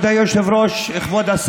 מיכל, מיכל, קצת כבוד.